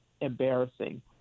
embarrassing